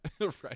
right